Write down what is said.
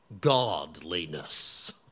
godliness